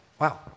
Wow